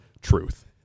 truth